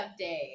update